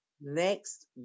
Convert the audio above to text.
next